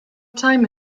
time